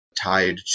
tied